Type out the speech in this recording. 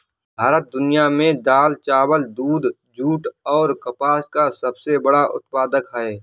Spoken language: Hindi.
भारत दुनिया में दाल, चावल, दूध, जूट और कपास का सबसे बड़ा उत्पादक है